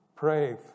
Pray